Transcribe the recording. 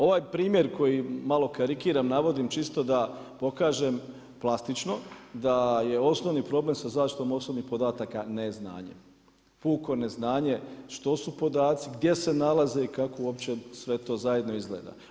Ovaj primjer koji malo karikiram navodim čisto da pokažem plastično da je osnovni problem sa zaštitom osobnih podataka neznanje, puko neznanje što su podaci, gdje se nalaze i kako uopće sve to zajedno izgleda.